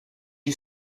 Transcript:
you